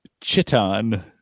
chiton